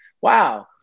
wow